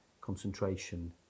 concentration